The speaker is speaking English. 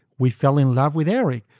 we fell in love with eric,